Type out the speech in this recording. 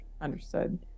Understood